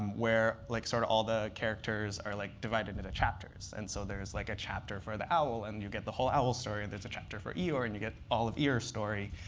where like sort of all the characters are like divided into chapters. and so there is like a chapter for the owl, and you get the whole owl story. and there's a chapter for eeyore, and you get all of eeyore's story.